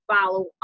follow